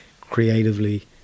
creatively